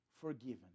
forgiven